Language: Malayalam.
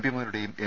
പിമാരുടേയും എം